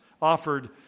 offered